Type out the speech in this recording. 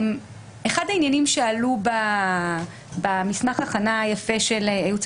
אחד העניינים שעלו במסמך ההכנה היפה של הייעוץ